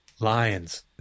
Lions